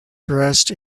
dressed